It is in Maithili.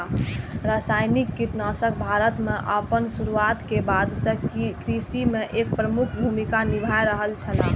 रासायनिक कीटनाशक भारत में आपन शुरुआत के बाद से कृषि में एक प्रमुख भूमिका निभाय रहल छला